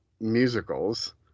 musicals